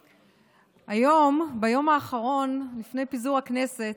היום, ביום האחרון לפני פיזור הכנסת,